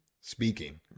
speaking